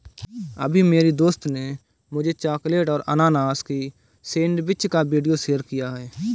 अभी मेरी दोस्त ने मुझे चॉकलेट और अनानास की सेंडविच का वीडियो शेयर किया है